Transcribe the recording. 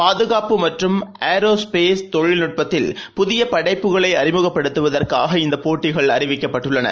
பாதுகாப்பு மற்றும் ஏரோஸ்பேஸ் தொழில் நட்பத்தில் புதிய படைப்புகளை அறிமுகப்படுத்துவதற்காக இந்த போட்டிகள் அறிவிக்கப்பட்டுள்ளன